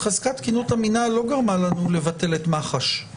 --- חזקת תקינות המינהל לא גרמה לנו לבטל את מח"ש,